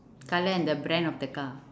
colour and the brand of the car